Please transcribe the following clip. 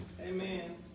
Amen